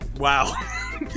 Wow